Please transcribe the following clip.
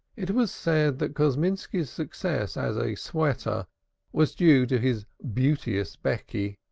it was said that kosminski's success as a sweater was due to his beauteous becky,